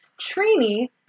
Trini